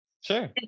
Sure